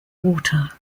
water